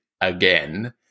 again